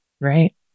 Right